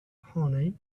honey